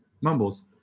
mumbles